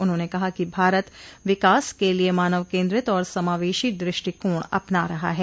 उन्होंने कहा कि भारत विकास के लिए मानव केन्द्रित और समावेशी द्रष्टिकोण अपना रहा है